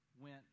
went